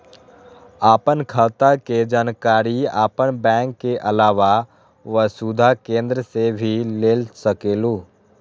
आपन खाता के जानकारी आपन बैंक के आलावा वसुधा केन्द्र से भी ले सकेलु?